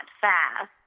fast